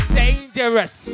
dangerous